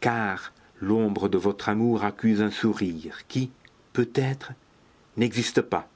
car l'ombre de votre amour accuse un sourire qui peut-être n'existe pas